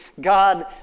God